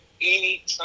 anytime